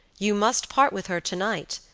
you must part with her tonight,